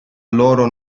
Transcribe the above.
loro